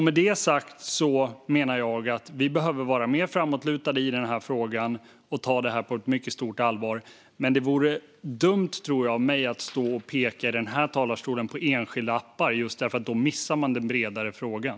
Med detta sagt menar jag att vi behöver vara mer framåtlutade i den här frågan och ta det här på ett mycket stort allvar. Men det vore dumt av mig att stå och peka på enskilda appar, för då missar man den bredare frågan.